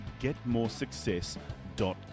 getmoresuccess.com